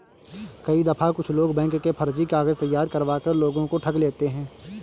कई दफा कुछ लोग बैंक के फर्जी कागज तैयार करवा कर लोगों को ठग लेते हैं